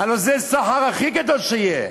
הלוא זה הסחר הכי גדול שיהיה,